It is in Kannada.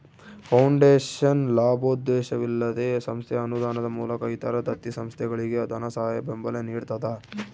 ಫೌಂಡೇಶನ್ ಲಾಭೋದ್ದೇಶವಿಲ್ಲದ ಸಂಸ್ಥೆ ಅನುದಾನದ ಮೂಲಕ ಇತರ ದತ್ತಿ ಸಂಸ್ಥೆಗಳಿಗೆ ಧನಸಹಾಯ ಬೆಂಬಲ ನಿಡ್ತದ